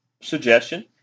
suggestion